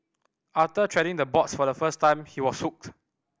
after treading the boards for the first time he was hooked